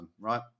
right